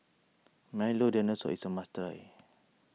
Milo Dinosaur is a must try